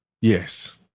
Yes